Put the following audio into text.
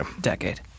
decade